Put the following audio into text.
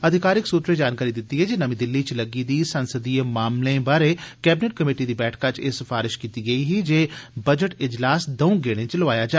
अधिकारिक सूत्रें जानकारी दित्ती ऐ जे नमीं दिल्ली च लग्गी दी संसदीय मामले बारे कैबनिट कमेटी दी बैठका च एह् सफारश कीती गेई ऐ जे बजट इजलास दऊं गेड़ें च लोआया जा